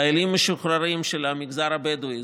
חיילים משוחררים של המגזר הבדואי,